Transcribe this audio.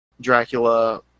Dracula